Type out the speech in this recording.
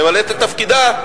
היא ממלאת את תפקידה,